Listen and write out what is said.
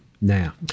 now